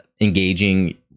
engaging